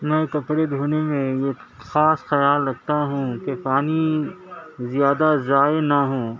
میں کپڑے دھونے میں ایک خاص خیال رکھتا ہوں کہ پانی زیادہ ضائع نہ ہوں